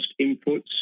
inputs